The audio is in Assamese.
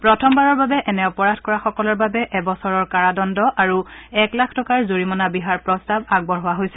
প্ৰথমবাৰৰ বাবে এনে অপৰাধ কৰা সকলৰ বাবে এবছৰ কাৰাদণ্ড আৰু এক লাখ টকাৰ জৰিমনা বিহাৰ প্ৰস্তাৱ আগবঢ়োৱা হৈছে